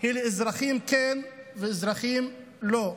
לאזרחים כן, ולאזרחים לא.